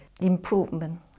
improvement